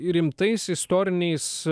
rimtais istoriniais